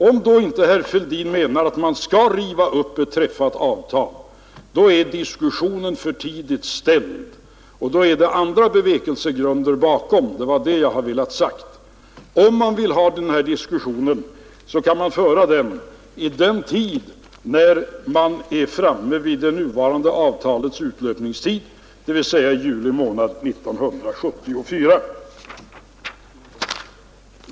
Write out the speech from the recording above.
Om inte herr Fälldin menar att man skall riva upp ett träffat avtal, då är alltså diskussionen för tidigt väckt och då är det andra bevekelsegrunder bakom. Det var det jag ville ha sagt. Vill man föra den här diskussionen, så kan man göra det när man är framme vid det nuvarande avtalets utlöpningstid, dvs. juli månad 1974.